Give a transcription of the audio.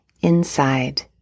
inside